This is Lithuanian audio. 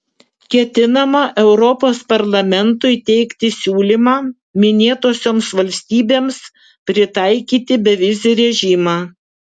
ketinama europos parlamentui teikti siūlymą minėtosioms valstybėms pritaikyti bevizį režimą